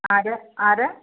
ആരാണ് ആരാണ്